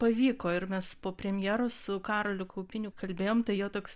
pavyko ir mes po premjeros su karoliu kaupiniu kalbėjom tai jo toks